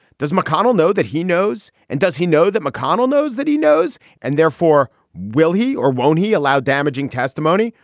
does mcconnell know that he knows? and does he know that mcconnell knows that he knows? and therefore, will he or won't he allow damaging testimony?